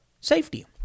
safety